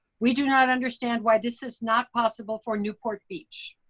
we do not understand why this is not possible for newport beach.